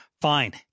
fine